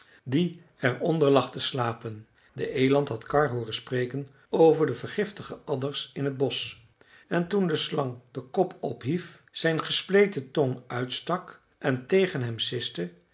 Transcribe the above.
die er onder lag te slapen de eland had karr hooren spreken over de vergiftige adders in het bosch en toen de slang den kop ophief zijn gespleten tong uitstak en tegen hem siste